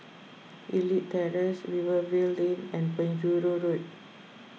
Elite Terrace Rivervale Lane and Penjuru Road